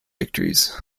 victories